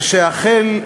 ושאכן,